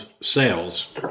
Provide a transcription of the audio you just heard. sales